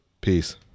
peace